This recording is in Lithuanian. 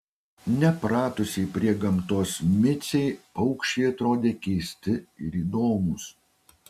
nepratusiai prie gamtos micei paukščiai atrodė keisti ir įdomūs